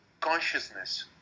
consciousness